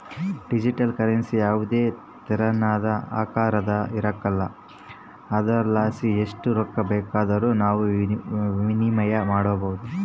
digital currency ಯಾವುದೇ ತೆರನಾದ ಆಕಾರದಾಗ ಇರಕಲ್ಲ ಆದುರಲಾಸಿ ಎಸ್ಟ್ ರೊಕ್ಕ ಬೇಕಾದರೂ ನಾವು ವಿನಿಮಯ ಮಾಡಬೋದು